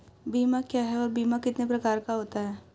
बीमा क्या है और बीमा कितने प्रकार का होता है?